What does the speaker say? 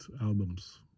albums